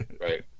Right